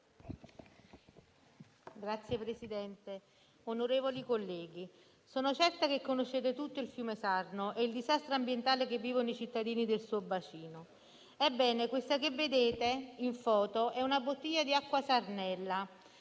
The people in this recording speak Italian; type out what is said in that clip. Signor Presidente, onorevoli colleghi, sono certa che conoscete tutti il fiume Sarno e il disastro ambientale che vivono i cittadini del suo bacino. Ebbene, questa che vedete in foto è una bottiglia di acqua "Sarnella",